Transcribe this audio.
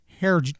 hair